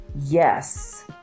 Yes